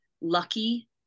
lucky